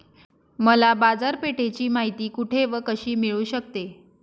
मला बाजारपेठेची माहिती कुठे व कशी मिळू शकते?